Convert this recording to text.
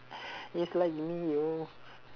it's like me yo